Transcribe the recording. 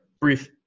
brief